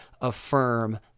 affirm